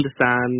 understand